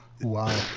Wow